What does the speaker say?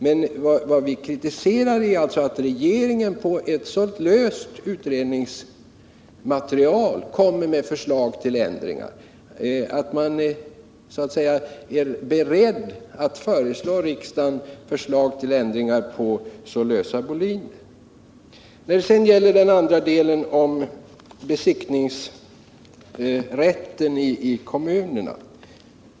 Vad vi kritiserar är att regeringen nu är beredd att förelägga riksdagen förslag till ändringar på så lösa grunder.